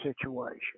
situation